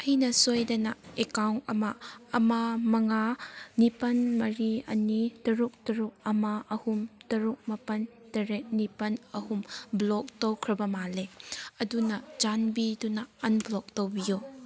ꯑꯩꯅ ꯁꯣꯏꯗꯅ ꯑꯦꯛꯀꯥꯎꯟ ꯑꯃ ꯑꯃ ꯃꯉꯥ ꯅꯤꯄꯥꯟ ꯃꯔꯤ ꯑꯅꯤ ꯇꯔꯨꯛ ꯇꯔꯨꯛ ꯑꯃ ꯑꯍꯨꯝ ꯇꯔꯨꯛ ꯃꯥꯄꯟ ꯇꯔꯦꯠ ꯅꯤꯄꯥꯟ ꯑꯍꯨꯝ ꯕ꯭ꯂꯣꯛ ꯇꯧꯈ꯭ꯔꯕ ꯃꯥꯜꯂꯦ ꯑꯗꯨꯅ ꯆꯥꯟꯕꯤꯗꯨꯅ ꯑꯟꯕ꯭ꯂꯣꯛ ꯇꯧꯕꯤꯌꯨ